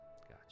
Gotcha